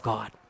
God